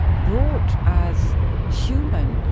ah broad as human,